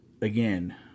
again